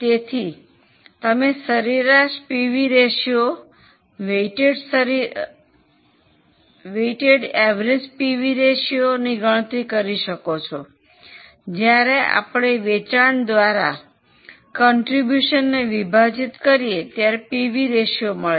તેથી તમે સરેરાશ પીવી રેશિયો વેઈટેડ સરેરાશ પીવી રેશિયોની ગણતરી કરી શકો છો જ્યારે આપણે વેચાણ દ્વારા ફાળોને વિભાજિત કરીએ ત્યારે પીવી રેશિયો મળે છે